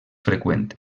freqüent